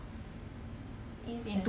standard [one] ah